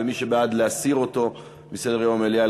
ומי שבעד להסיר אותו מסדר-יום המליאה,